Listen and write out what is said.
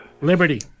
Liberty